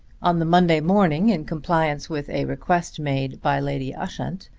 on the monday morning, in compliance with a request made by lady ushant,